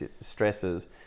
stresses